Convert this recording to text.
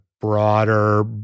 broader